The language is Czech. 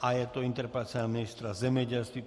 Je to interpelace na ministra zemědělství.